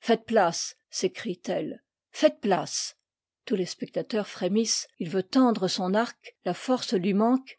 faites place s'écrie tell faites place tous les spectateurs frémissent il veut tendre son arc la force lui manque